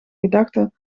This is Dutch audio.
gedachten